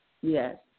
Yes